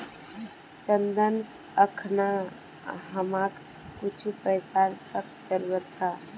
चंदन अखना हमाक कुछू पैसार सख्त जरूरत छ